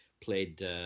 played